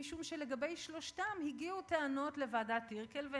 משום שלגבי שלושתם הגיעו טענות לוועדת טירקל,